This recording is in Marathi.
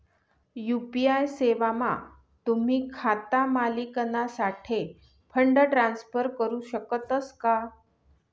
यु.पी.आय सेवामा तुम्ही खाता मालिकनासाठे फंड ट्रान्सफर करू शकतस का